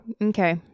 Okay